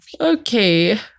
Okay